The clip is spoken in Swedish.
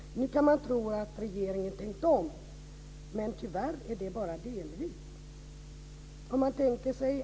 Nu kan man tro att regeringen tänkt om, men tyvärr är det bara delvis.